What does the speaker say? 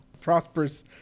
prosperous